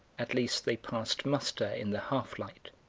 at least they passed muster in the half-light,